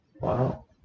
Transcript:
Wow